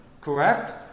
Correct